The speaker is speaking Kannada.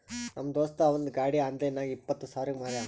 ನಮ್ ದೋಸ್ತ ಅವಂದ್ ಗಾಡಿ ಆನ್ಲೈನ್ ನಾಗ್ ಇಪ್ಪತ್ ಸಾವಿರಗ್ ಮಾರ್ಯಾನ್